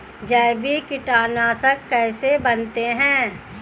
जैविक कीटनाशक कैसे बनाते हैं?